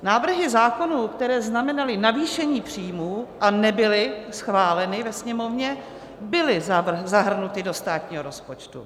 Návrhy zákonů, které znamenaly navýšení příjmů a nebyly schváleny ve Sněmovně, byly zahrnuty do státního rozpočtu.